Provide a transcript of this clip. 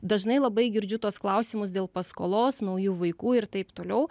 dažnai labai girdžiu tuos klausimus dėl paskolos naujų vaikų ir taip toliau